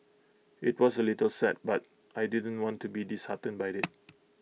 IT was A little sad but I didn't want to be disheartened by IT